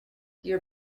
your